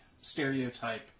stereotype